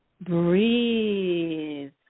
breathe